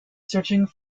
searching